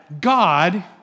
God